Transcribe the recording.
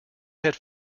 had